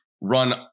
run